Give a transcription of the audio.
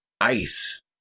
ice